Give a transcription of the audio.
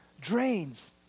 drains